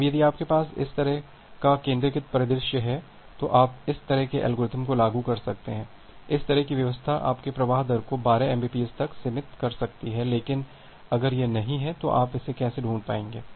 अब यदि आपके पास इस तरह का केंद्रीकृत परिदृश्य है तो आप इस तरह के एल्गोरिथ्म को लागू कर सकते हैं इस तरह की व्यवस्था आपके प्रवाह दर को 12 एमबीपीएस तक सीमित कर सकती है लेकिन अगर यह नहीं है तो आप इसे कैसे ढूंढ पाएंगे